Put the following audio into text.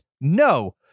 no